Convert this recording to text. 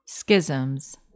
Schisms